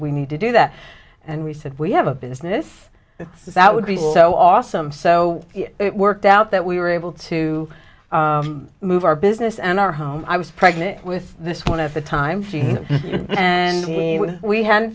we need to do that and we said we have a business that would be well so awesome so it worked out that we were able to move our business and our home i was pregnant with this one at the time and we hadn't